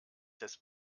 des